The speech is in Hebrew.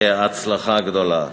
הצלחה גדולה.